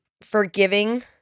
forgiving